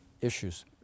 issues